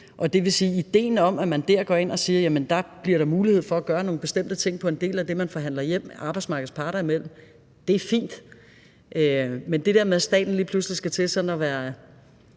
det vil sige, at ideen om, at man der går ind og siger, at dér bliver der mulighed for at gøre nogle bestemte ting på en del af det, man forhandler hjem arbejdsmarkedets parter imellem, er fint. Men det der med, at staten lige pludselig skal til at bruges